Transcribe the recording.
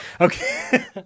Okay